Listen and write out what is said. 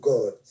God